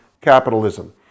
capitalism